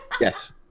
Yes